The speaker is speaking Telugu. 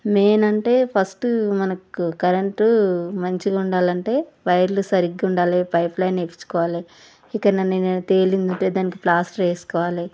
మెయిన్ అంటే ఫస్ట్ మనకు కరెంటు మంచిగ ఉండాలంటే వైర్లు సరిగ్గుండాలి పైప్ లైన్ వేయిచుకోవాలి ఎక్కడ అయినా పేలింది ఉంటే దంటే దానికి ప్లాస్టర్ వేసుకోవాలి